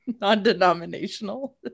non-denominational